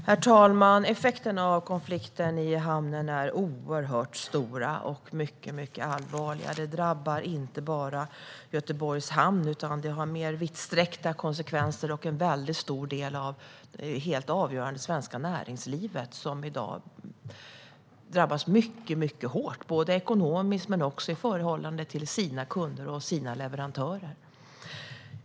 Herr talman! Effekterna av konflikten i hamnen är oerhört stora och mycket allvarliga. Det drabbar inte bara Göteborgs hamn, utan det har mer vidsträckta konsekvenser. Det är en väldigt stor del av det helt avgörande svenska näringslivet som i dag drabbas mycket hårt ekonomiskt men också i förhållande till sina kunder och sina leverantörer.